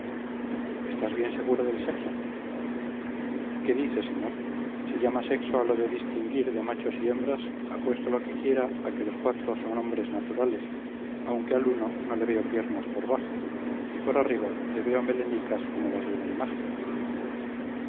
estás bien seguro del sexo qué dice señor si llama sexo a lo de distinguir de machos y hembras apuesto lo que quiera a que los cuatro son hombres naturales aunque al uno no le veo piernas por bajo y por arriba le veo melenicas como las de una imagen